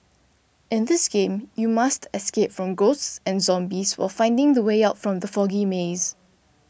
in this game you must escape from ghosts and zombies while finding the way out from the foggy maze